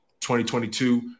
2022